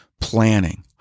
planning